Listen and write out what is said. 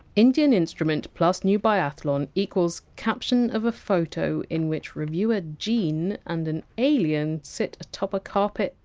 indian instrument plus new biathlon equal caption of a photo in which reviewer gene and an alien sit atop a carpet,